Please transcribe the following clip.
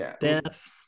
death